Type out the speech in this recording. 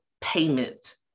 payment